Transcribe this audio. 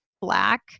black